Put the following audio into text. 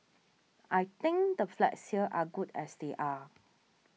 I think the flats here are good as they are